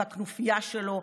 והכנופיה שלו,